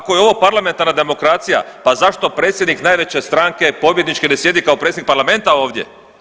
Ako je ovo parlamentarna demokracija pa zašto predsjednik najveće stranke pobjedničke ne sjedi kao predsjednik Parlamenta ovdje?